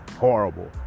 horrible